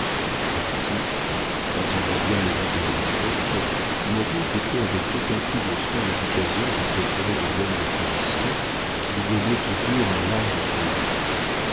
actif entendant bien les intérêts du comte moreau guettait avec d'autant plus de soin les occasions de procurer de bonnes acquisitions qu'il y gagnait toujours un large présent